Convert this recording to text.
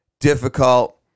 difficult